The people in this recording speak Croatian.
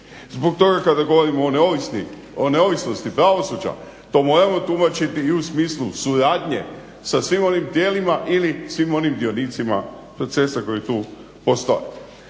Zbog toga kada govorimo o neovisnosti pravosuđa to moramo tumačiti i u smislu suradnje sa svim onim tijelima ili svim onim dionicima procesa koji tu postoje.